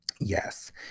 yes